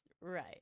Right